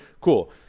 Cool